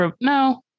No